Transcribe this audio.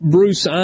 Bruce